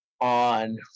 on